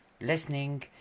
Listening